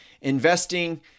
investing